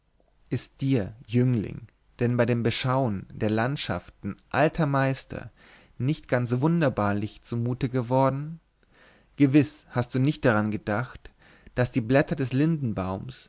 ist dir jüngling denn bei dem beschauen der landschaften alter meister nicht ganz wunderbarlich zumute geworden gewiß hast du nicht daran gedacht daß die blätter des lindenbaums